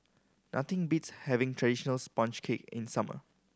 nothing beats having traditional sponge cake in the summer